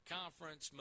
conference